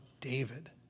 David